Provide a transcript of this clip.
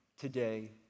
today